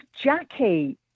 Jackie